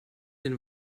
den